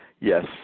Yes